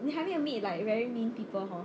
你还没有 meet like very mean people hor